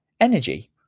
Energy